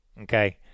okay